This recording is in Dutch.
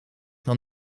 dan